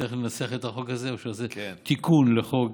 צריך לנסח את החוק הזה, לעשות תיקון לחוק